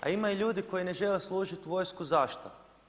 A ima i ljudi koji ne žele služiti vojsku, zašto?